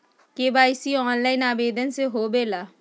KYC online आवेदन से होवे ला?